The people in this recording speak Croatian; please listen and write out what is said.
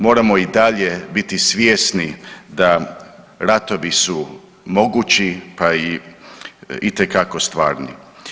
Moramo i dalje biti svjesni da ratovi su mogući, pa itekako stvarni.